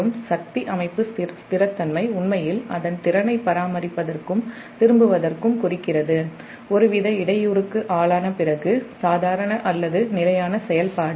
மற்றும் power system நிலைத்தன்மை உண்மையில் அதன் திறனை பராமரிப்பதற்கும் திரும்புவதற்கும் குறிக்கிறது ஒருவித இடையூறுக்கு ஆளான பிறகு சாதாரண அல்லது நிலையான செயல்பாடு